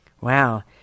Wow